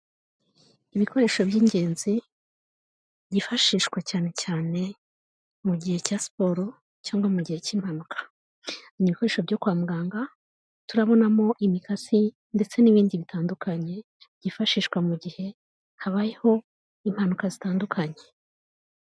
Ibikoresho by'ingenzi, byifashishwa cyane cyane mu gihe cya siporo, cyangwa mu gihe cy'impanuka. Ni ibikoresho byo kwa muganga, turabonamo imikasi, ndetse n'ibindi bitandukanye, byifashishwa mu gihe habayeho, impanuka zitandukanye.